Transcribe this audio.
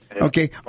Okay